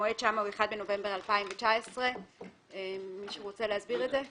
המועד שם הוא 1 בנובמבר 2019. מישהו רוצה להסביר את זה?